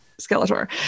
Skeletor